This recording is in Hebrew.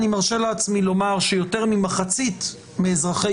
אני מרשה לעצמי לומר שיותר ממחצית מאזרחי